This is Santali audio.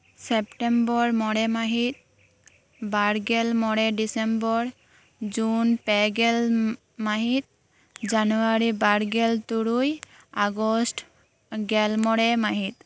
ᱥᱮᱯᱴᱮᱢᱵᱚᱨ ᱢᱚᱬᱮ ᱢᱟᱹᱦᱤᱛ ᱵᱟᱨᱜᱮᱞ ᱢᱚᱬᱮ ᱰᱤᱥᱮᱢᱵᱚᱨ ᱡᱩᱱ ᱯᱮᱜᱮᱞ ᱢᱟᱹᱦᱤᱛ ᱡᱟᱱᱩᱣᱟᱨᱤ ᱵᱟᱨᱜᱮᱞ ᱛᱩᱨᱩᱭ ᱟᱜᱚᱥᱴ ᱜᱮᱞᱢᱚᱬᱮ ᱢᱟᱹᱦᱤᱛ